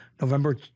november